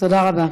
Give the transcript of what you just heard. תודה רבה.